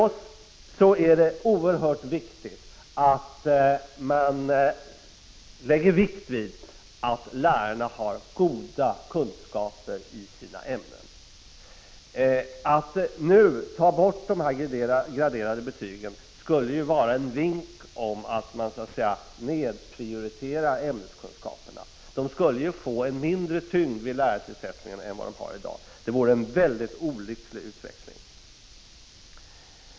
Vi anser att stor vikt måste läggas vid att lärarna har goda kunskaper i sina ämnen. Att nu ta bort de graderade betygen skulle vara en vink om att man nedprioriterar ämneskunskaperna, de skulle få mindre tyngd vid lärartillsättningen än i dag. Det vore en väldigt olycklig utveckling.